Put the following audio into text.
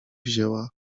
wzięła